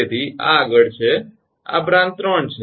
તેથી આ આગળ છે આ બ્રાંચ 3 છે